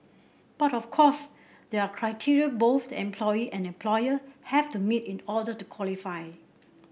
but of course there are criteria both the employee and employer have to meet in order to qualify